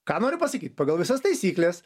ką noriu pasakyt pagal visas taisykles